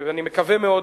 אני מקווה מאוד,